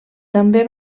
també